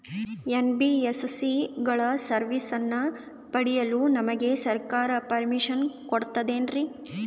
NBSC ಗಳ ಸರ್ವಿಸನ್ನ ಪಡಿಯಲು ನಮಗೆ ಸರ್ಕಾರ ಪರ್ಮಿಷನ್ ಕೊಡ್ತಾತೇನ್ರೀ?